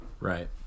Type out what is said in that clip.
right